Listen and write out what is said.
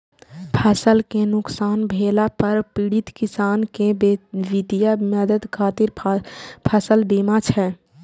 फसल कें नुकसान भेला पर पीड़ित किसान कें वित्तीय मदद खातिर फसल बीमा छै